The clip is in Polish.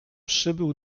przybył